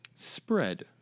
Spread